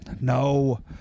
No